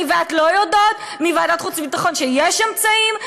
את ואני לא יודעות מוועדת החוץ והביטחון שיש אמצעים,